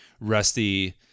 rusty